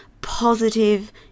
positive